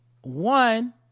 one